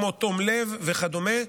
כמו תום לב וכדומה,